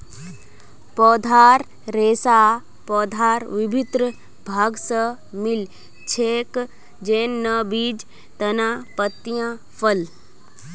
पौधार रेशा पौधार विभिन्न भाग स मिल छेक, जैन न बीज, तना, पत्तियाँ, फल